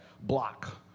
block